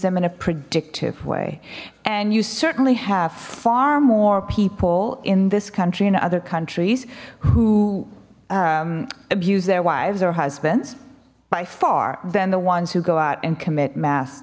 them in a predictive way and you certainly have far more people in this country and other countries who abuse their wives or husbands by far than the ones who go out and commit mass